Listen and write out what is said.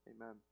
Amen